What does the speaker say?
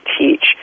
teach